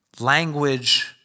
Language